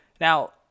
Now